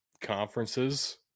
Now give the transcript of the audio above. conferences